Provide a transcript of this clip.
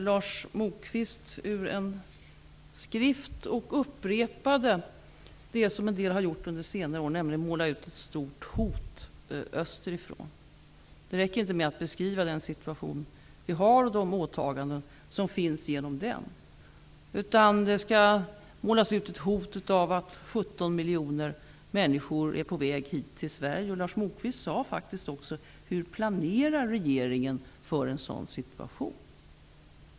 Lars Moquist läste ur en skrift och upprepade det som en del andra har gjort under senare år. Han målade nämligen upp ett stort hot österifrån. Det räcker tydligen inte att beskriva den situation vi har och de åtaganden som finns på grund av den. Det skall målas upp ett hot om att 17 miljoner människor är på väg hit till Sverige. Lars Moquist sade faktiskt också att regeringen bör planera för en sådan situation.